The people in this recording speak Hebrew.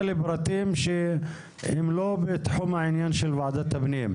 לפרטים שהם לא בתחום העניין של ועדת הפנים.